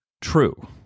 true